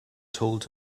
told